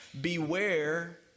beware